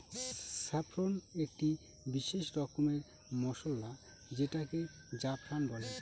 saffron একটি বিশেষ রকমের মসলা যেটাকে জাফরান বলে